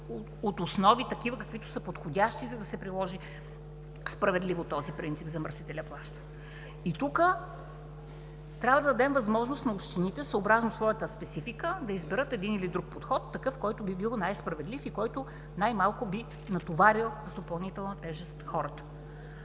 от основи – такива, каквито са подходящи, за да се приложи справедливо този принцип „Замърсителят плаща“. И тук трябва да дадем възможност на общините, съобразно своята специфика, да изберат един или друг подход – такъв, който би бил най-справедлив и който най-малко би натоварил с допълнителна тежест хората.